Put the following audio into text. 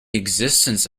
existence